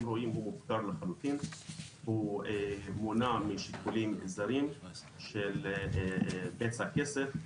ראויים הוא מופקר לחלוטין והוא מונע משיקולים זרים של בצע כסף.